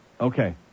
Okay